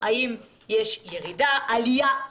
האם יש ירידה, עלייה?